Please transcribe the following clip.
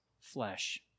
flesh